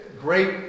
great